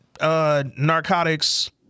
Narcotics